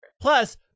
plus